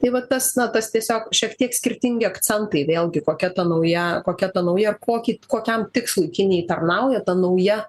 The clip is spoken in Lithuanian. tai vat tas na tas tiesiog šiek tiek skirtingi akcentai vėlgi kokia ta nauja kokia ta nauja kokį kokiam tikslui kinijai tarnauja ta nauja